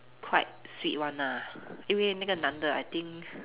quite sweet [one] ah 因为那个男的 I think